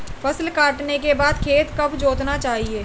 फसल काटने के बाद खेत कब जोतना चाहिये?